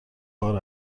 بار